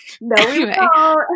No